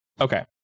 Okay